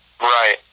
right